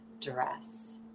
dress